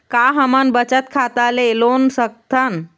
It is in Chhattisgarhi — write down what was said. का हमन बचत खाता ले लोन सकथन?